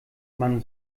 man